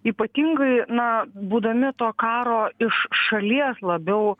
ypatingai na būdami to karo iš šalies labiau